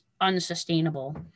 unsustainable